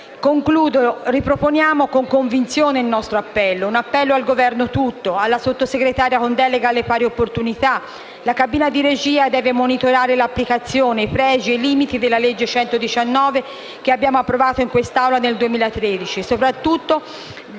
Concludo. Riproponiamo con convinzione il nostro appello, un appello al Governo tutto, alla Sottosegretaria con delega alle pari opportunità: la cabina di regia deve monitorare l'applicazione, i pregi e i limiti della legge n. 119, che abbiamo approvato in quest'Aula nel 2013.